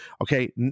Okay